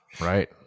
Right